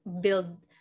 build